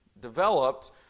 developed